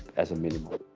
as a minimum.